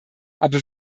aber